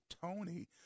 Tony